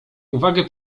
uwagę